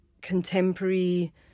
contemporary